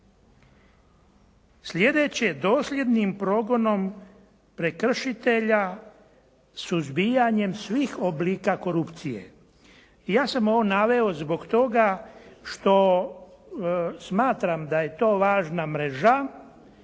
Sljedeće, dosljednim progonom prekršitelja suzbijanjem svih oblika korupcije. Ja sam ovo naveo zbog toga što smatram da je to važna mreža